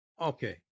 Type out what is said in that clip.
okay